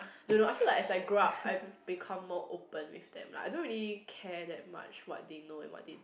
do you know I feel like as I grew up I become more open with them like I don't really care that much what they know and what they